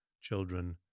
children